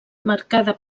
marcada